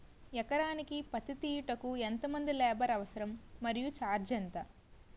ఎకరానికి పత్తి తీయుటకు ఎంత మంది లేబర్ అవసరం? మరియు ఛార్జ్ ఎంత?